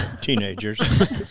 teenagers